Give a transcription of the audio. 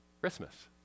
Christmas